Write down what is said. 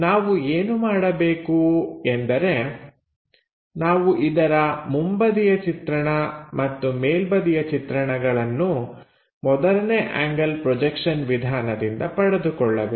ನಾವು ಏನು ಮಾಡಬೇಕು ಎಂದರೆ ನಾವು ಇದರ ಮುಂಬದಿಯ ಚಿತ್ರಣ ಮತ್ತು ಮೇಲ್ಬದಿಯ ಚಿತ್ರಣಗಳನ್ನು ಮೊದಲನೇ ಆಂಗಲ್ ಪ್ರೊಜೆಕ್ಷನ್ ವಿಧಾನದಿಂದ ಪಡೆದುಕೊಳ್ಳಬೇಕು